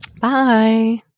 Bye